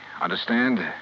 understand